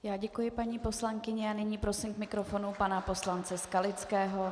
Já děkuji paní poslankyni a nyní prosím k mikrofonu pana poslance Skalického.